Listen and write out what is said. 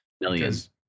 Millions